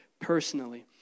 personally